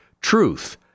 Truth